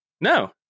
No